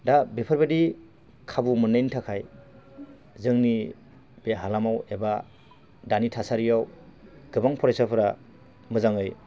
दा बेफोरबादि खाबु मोननायनि थाखाय जोंनि बे हालामाव एबा दानि थासारियाव गोबां फरायसाफोरा मोजाङै